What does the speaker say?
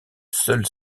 seule